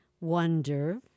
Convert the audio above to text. wonder